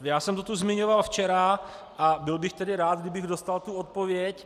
Já jsem to tu zmiňoval včera a byl bych rád, kdybych dostal tu odpověď.